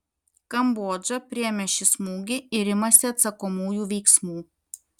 kambodža priėmė šį smūgį ir imasi atsakomųjų veiksmų